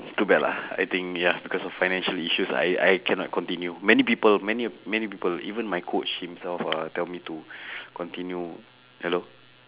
too bad lah I think ya because of financial issues I I cannot continue many people many many people even my coach himself uh tell me to continue hello